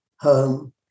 home